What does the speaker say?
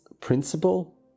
principle